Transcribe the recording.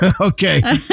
Okay